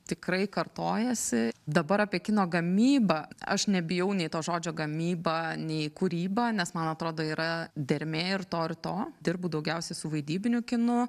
tikrai kartojasi dabar apie kino gamybą aš nebijau nei to žodžio gamyba nei kūryba nes man atrodo yra dermė ir to ir to dirbu daugiausia su vaidybiniu kinu